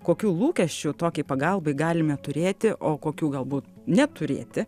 kokių lūkesčių tokiai pagalbai galime turėti o kokių galbūt neturėti